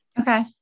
okay